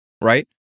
right